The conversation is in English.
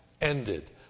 ended